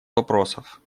вопросов